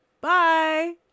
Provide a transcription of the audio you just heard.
Bye